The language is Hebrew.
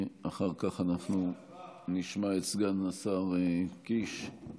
אחר כך אנחנו נשמע את סגן השר קיש.